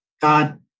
god